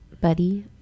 buddy